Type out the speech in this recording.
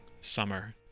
summer